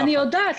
אני יודעת.